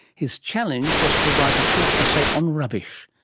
his challenge was to write a short essay on rubbish,